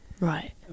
Right